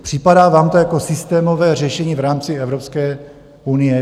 Připadá vám to jako systémové řešení v rámci Evropské unie?